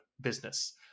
business